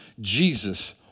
Jesus